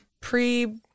pre